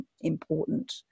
important